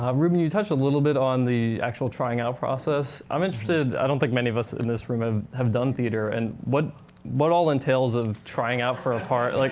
ruben, you touched a little bit on the actual trying out process. i'm interested. i don't think many of us in this room ah have done theater. and what but all entails of trying out for a part? like